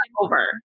over